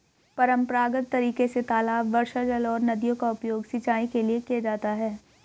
परम्परागत तरीके से तालाब, वर्षाजल और नदियों का उपयोग सिंचाई के लिए किया जाता है